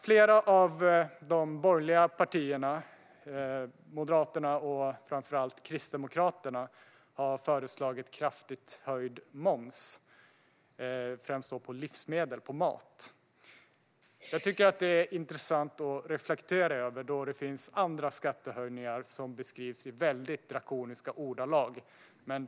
Flera av de borgerliga partierna - Moderaterna och framför allt Kristdemokraterna - har föreslagit kraftigt höjd moms främst på mat och livsmedel. Jag tycker att det är intressant att reflektera över, eftersom det finns andra skattehöjningar som beskrivs i väldigt drakoniska ordalag.